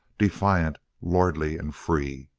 defiant, lordly, and free.